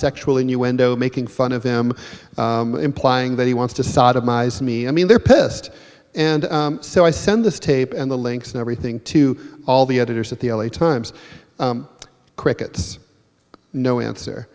sexual innuendo making fun of them implying that he wants to sodomized me i mean they're pissed and so i send this tape and the links and everything to all the editors at the l a times crickets no answer